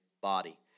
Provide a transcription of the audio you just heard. body